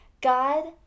God